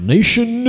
Nation